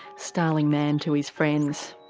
starling man to his friends.